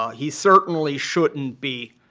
he certainly shouldn't be